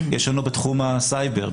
יש לנו בתחום הסייבר,